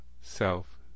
self